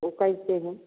वह कैसे है